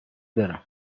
برم